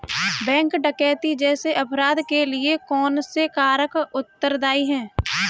Bank डकैती जैसे अपराध के लिए कौन से कारक उत्तरदाई हैं?